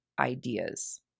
ideas